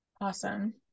Awesome